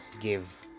give